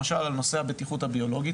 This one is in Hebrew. לגבי הבטיחות הביולוגית,